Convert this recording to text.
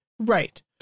Right